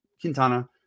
Quintana